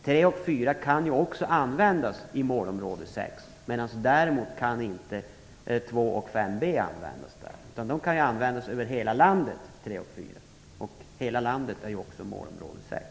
3 och 4 kan också användas i målområde 6, medan 2 och 5b däremot inte kan användas där. 3 och 4 kan användas över hela landet; hela landet är ju också målområde 6.